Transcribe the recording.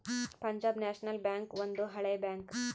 Punjab National Bank ಒಂದು ಹಳೆ bank